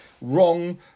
wrong